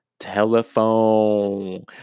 Telephone